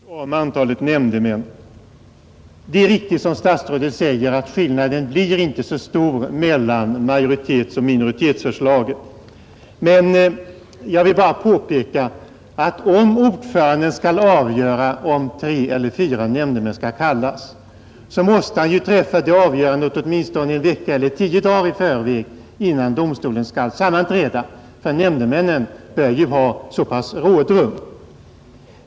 Herr talman! Ett par ord om antalet nämndemän. Det är riktigt som statsrådet säger att skillnaden inte blir så stor mellan majoritetsoch minoritetsförslagen. Jag vill bara påpeka, att om rättens ordförande skall avgöra om tre eller fyra nämndemän skall kallas, måste han träffa detta avgörande åtminstone en vecka eller kanske tio dagar innan domstolen skall sammanträda. Nämndemännen bör ha så pass mycket rådrum.